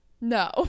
no